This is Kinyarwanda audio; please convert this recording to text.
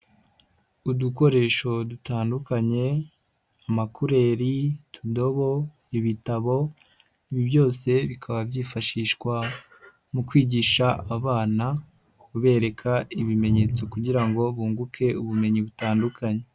Udukoresho dutandukanye, amakureri, utudobo, ibitabo, ibi byose bikaba byifashishwa mu kwigisha abana kubereka ibimenyetso kugira ngo bunguke ubumenyi butandukanye.